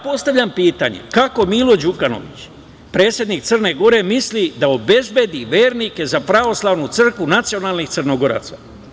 Postavljam pitanje – kako Milo Đukanović, predsednik Crne Gore, misli da obezbedi vernike za pravoslavnu crkvu nacionalnih Crnogoraca?